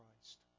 Christ